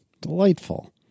Delightful